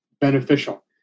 beneficial